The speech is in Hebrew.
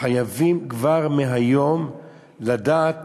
חייבים כבר מהיום לדעת